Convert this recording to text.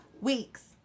weeks